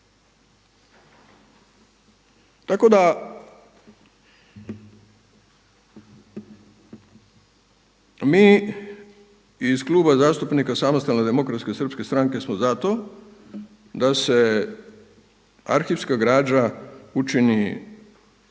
Tako da mi iz Kluba zastupnika Samostalne demokratske srpske stranke smo za to da se arhivska građa učini